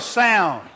sound